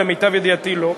למיטב ידיעתי לא.